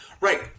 Right